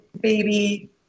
baby